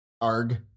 Arg